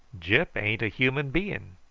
gyp ain't a human being.